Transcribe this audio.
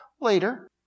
later